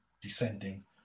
descending